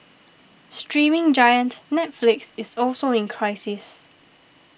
streaming giant Netflix is also in crisis